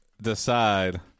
Decide